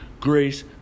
grace